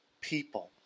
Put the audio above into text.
people